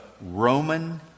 Roman